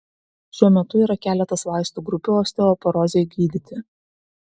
šiuo metu yra keletas vaistų grupių osteoporozei gydyti